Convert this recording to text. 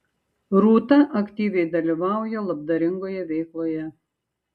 rūta aktyviai dalyvauja labdaringoje veikloje